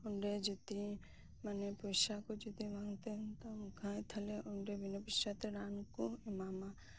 ᱚᱱᱰᱮ ᱡᱚᱫᱤ ᱯᱚᱭᱥᱟ ᱠᱚ ᱵᱟᱝ ᱛᱟᱸᱦᱮᱱ ᱛᱟᱢᱟ ᱛᱟᱦᱞᱮ ᱚᱱᱰᱮ ᱵᱤᱱᱟᱹ ᱯᱚᱭᱥᱟᱛᱮ ᱨᱟᱱ ᱠᱚ ᱮᱢᱟᱢᱟ